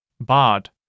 Bard